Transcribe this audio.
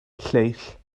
lleill